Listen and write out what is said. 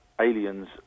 aliens